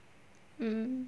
mm